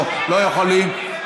יש אחד שלא מסכים.